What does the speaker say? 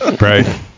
right